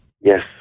yes